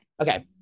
Okay